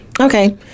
Okay